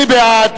מי בעד?